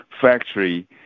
factory